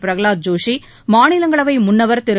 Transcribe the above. பிரகலாத் ஜோஷி மாநிலங்களவை முன்னவர் திரு